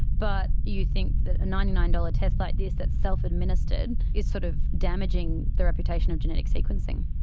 but you think that a ninety nine dollars test like this that's self-administered is sort of damaging the reputation of genetic sequencing.